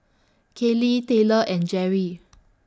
Kayli Taylor and Gerry